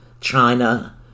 China